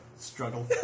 Struggle